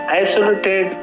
isolated